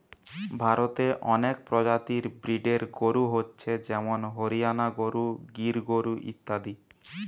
ভারতে অনেক প্রজাতির ব্রিডের গরু হচ্ছে যেমন হরিয়ানা গরু, গির গরু ইত্যাদি